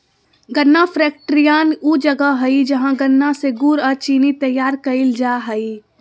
गन्ना फैक्ट्रियान ऊ जगह हइ जहां गन्ना से गुड़ अ चीनी तैयार कईल जा हइ